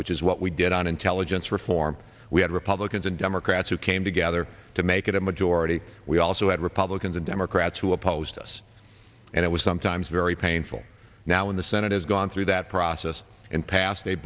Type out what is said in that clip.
which is what we did on intelligence reform we had republicans and democrats who came together to make it a majority we also had republicans and democrats who opposed us and it was sometimes very painful now when the senate has gone through that process and pass